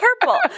purple